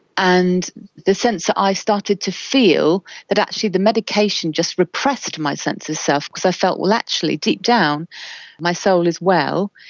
and the sense that i started to feel that actually the medication just repressed my sense of self because i felt, well actually, deep down my soul is well,